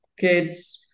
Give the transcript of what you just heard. kids